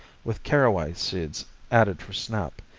with caraway seeds added for snap.